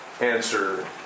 answer